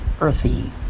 earthy